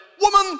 woman